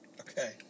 Okay